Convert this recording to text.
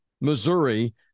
Missouri